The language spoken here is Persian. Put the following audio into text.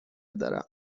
دارم